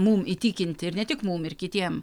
mum įtikinti ir ne tik mum ir kitiem